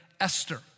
Esther